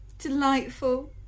delightful